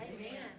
Amen